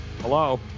Hello